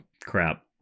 crap